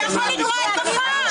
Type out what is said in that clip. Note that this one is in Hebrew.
אתה יכול לקרוא עד מחר.